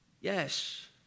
Yes